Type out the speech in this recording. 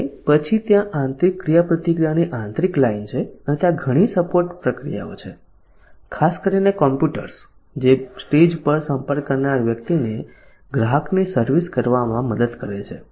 અને પછી ત્યાં આંતરિક ક્રિયાપ્રતિક્રિયાની આંતરિક લાઇન છે અને ત્યાં ઘણી સપોર્ટ પ્રક્રિયાઓ છે ખાસ કરીને કમ્પ્યુટર્સ જે સ્ટેજ પર સંપર્ક કરનાર વ્યક્તિને ગ્રાહકની સર્વિસ કરવામાં મદદ કરે છે